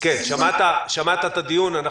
שמעת את הדיון.